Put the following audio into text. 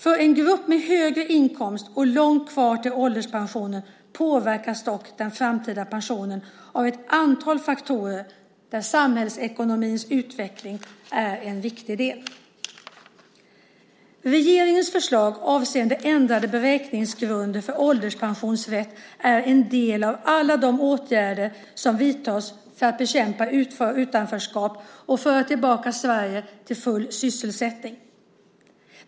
För en grupp med högre inkomster och långt kvar till ålderspensionering påverkas dock den framtida pensionen av ett antal faktorer där samhällsekonomins utveckling är en viktig del. Regeringens förslag avseende ändrad beräkningsgrund för ålderspensionsrätt är en del av alla de åtgärder som vidtas för att bekämpa utanförskapet och föra tillbaka Sverige till full sysselsättning.